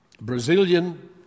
Brazilian